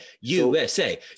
USA